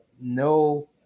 no